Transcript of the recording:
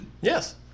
yes